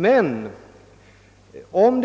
Men om